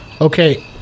Okay